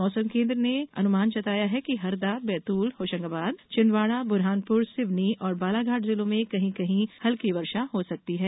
मौसम केन्द्र ने अनुमान जताया है कि हरदा बैतूल होशंगाबाद छिंदवाड़ा बुरहानपुर सिवनी और बालाघाट जिलों में कहीं कहीं हल्की वर्षा हो सकती है